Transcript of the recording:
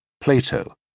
Plato